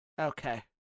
Okay